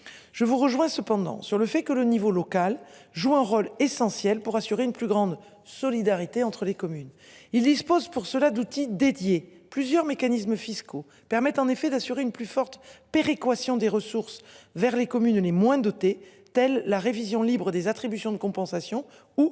Je vous rejoins cependant sur le fait que le niveau local joue un rôle essentiel pour assurer une plus grande solidarité entre les communes. Il dispose pour cela d'outils dédiés plusieurs mécanismes fiscaux permettent en effet d'assurer une plus forte péréquation des ressources vers les communes les moins dotées, telle la révision Libre des attributions de compensation ou